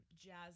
jazz